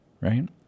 right